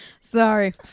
Sorry